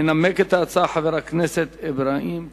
ינמק את ההצעה חבר הכנסת אברהים צרצור.